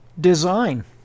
design